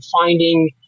finding